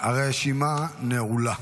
הרשימה נעולה.